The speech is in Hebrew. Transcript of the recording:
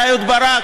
היה אהוד ברק,